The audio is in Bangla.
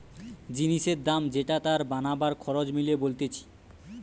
জিনিসের দাম যেটা তার বানাবার খরচ মিলিয়ে বলতিছে